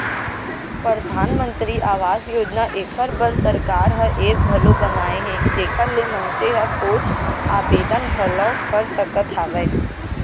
परधानमंतरी आवास योजना एखर बर सरकार ह ऐप घलौ बनाए हे जेखर ले मनसे ह सोझ आबेदन घलौ कर सकत हवय